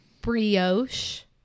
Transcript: brioche